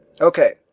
Okay